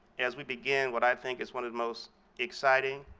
as we begin what i think is one of the most exciting,